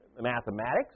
mathematics